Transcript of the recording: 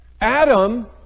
Adam